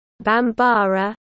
Bambara